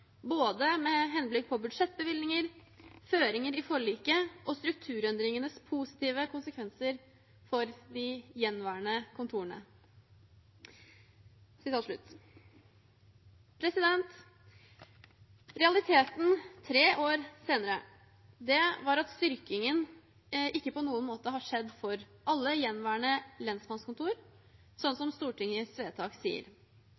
både med henblikk på budsjettbevilgninger, føringer i forliket og strukturendringenes positive konsekvenser for de gjenstående kontorene.» Realiteten tre år senere er at styrkingen ikke på noen måte har skjedd for alle gjenværende lensmannskontor, sånn som Stortingets vedtak sier.